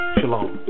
Shalom